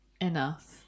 Enough